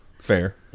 Fair